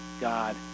God